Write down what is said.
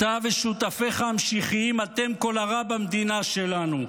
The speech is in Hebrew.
אתה ושותפיך המשיחיים, אתם כל הרע במדינה שלנו.